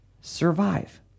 survive